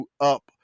up